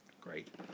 Great